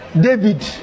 David